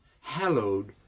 hallowed